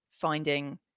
finding